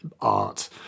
art